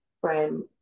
friend